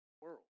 world